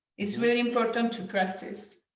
it's really important to practice.